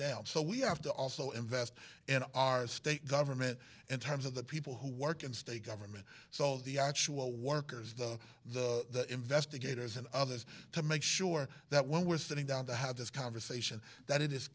down so we have to also invest in our state government in terms of the people who work in state government so the actual workers the the investigators and others to make sure that when we're sitting down to have this conversation that it is